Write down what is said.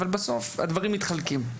אבל בסוף הדברים מתחלקים.